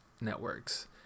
networks